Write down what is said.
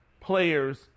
players